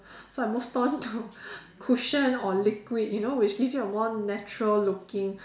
so I've moved on to cushion or liquid you know which gives you a more natural looking